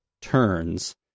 turns